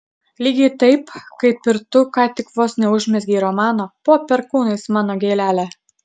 lygiai taip kaip ir tu ką tik vos neužmezgei romano po perkūnais mano gėlele